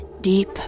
deep